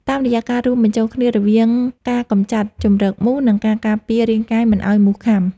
តាមរយៈការរួមបញ្ចូលគ្នារវាងការកម្ចាត់ជម្រកមូស និងការការពាររាងកាយមិនឱ្យមូសខាំ។